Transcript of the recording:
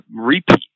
repeat